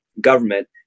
government